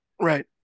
Right